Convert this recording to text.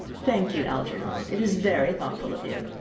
thank you, algernon. it is very thoughtful of you.